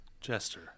Jester